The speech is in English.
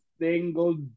single